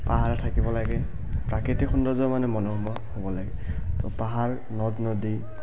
পাহাৰ থাকিব লাগে প্ৰাকৃতিক সৌন্দৰ্য মানে মনোমোহা হ'ব লাগে তো পাহাৰ নদ নদী